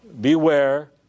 beware